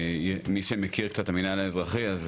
מי שמכיר קצת את המינהל האזרחי אז,